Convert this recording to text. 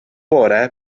bore